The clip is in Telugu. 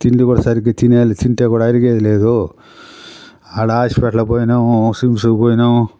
తిండి కూడా సరిగ్గా తినేది తింటే కూడా అరిగేది లేదు ఆడ హాస్పిటల్కి పోయినాము కిమ్స్కు పోయినాము